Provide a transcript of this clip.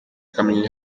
kamonyi